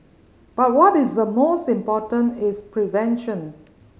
but what is the most important is prevention